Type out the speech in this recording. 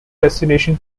destination